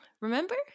remember